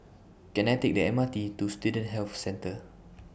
Can I Take The M R T to Student Health Centre